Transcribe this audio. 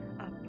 up